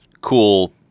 cool